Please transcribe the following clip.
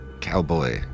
cowboy